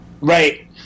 Right